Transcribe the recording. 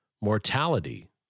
mortality